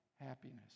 happiness